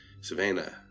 Savannah